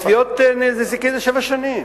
בתביעות נזיקין זה שבע שנים.